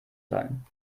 sein